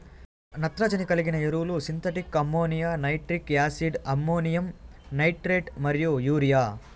నత్రజని కలిగిన ఎరువులు synthetic ammonia, nitric acid, ammonium nitrate మరియు యూరియా